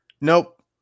Nope